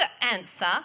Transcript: answer